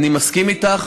אני מסכים איתך.